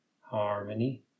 harmony